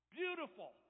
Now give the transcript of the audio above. beautiful